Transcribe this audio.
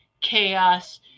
chaos